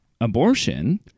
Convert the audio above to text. abortion